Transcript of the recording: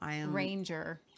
Ranger